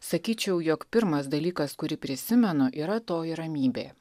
sakyčiau jog pirmas dalykas kurį prisimenu yra toji ramybė